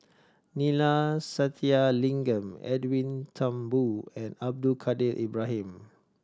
Neila Sathyalingam Edwin Thumboo and Abdul Kadir Ibrahim